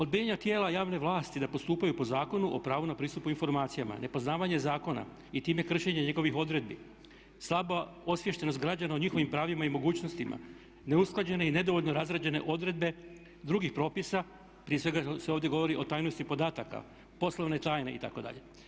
Odbijanje tijela javnih vlasti da postupaju po Zakonu o pravu na pristupu informacijama, nepoznavanje zakona i time kršenje njihovih odredbi, slaba osviještenost građana o njihovim pravima i mogućnostima, neusklađene i nedovoljno razrađene odredbe drugih propisa prije svega se ovdje govori o tajnosti podataka, poslovne tajne itd.